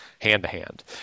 hand-to-hand